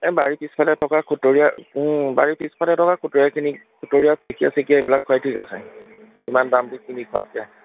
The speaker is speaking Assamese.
এই বাৰী পিছফালে থকা খুতৰীয়া বাৰী পিছফালে থকা খুতৰীয়াখিনি খুতৰীয়া ঢেকীয়া চেকীয়া এইবিলাক খোৱাই ঠিক আছে ইমান দাম দি কিনি খোৱাতকৈ